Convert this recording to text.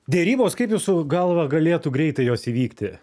derybos kaip jūsų galva galėtų greitai jos įvykti